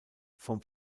vom